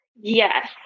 Yes